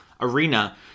arena